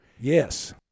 Yes